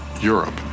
Europe